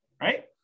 right